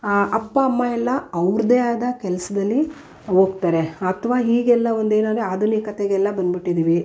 ಅಪ್ಪ ಅಮ್ಮ ಎಲ್ಲ ಅವ್ರದ್ದೇ ಆದ ಕೆಲಸದಲ್ಲಿ ಹೋಗ್ತಾರೆ ಅಥ್ವಾ ಹೀಗೆಲ್ಲ ಒಂದು ಏನೆಂದರೆ ಆಧುನಿಕತೆಗೆಲ್ಲ ಬಂದ್ಬಿಟ್ಟಿದ್ದೀವಿ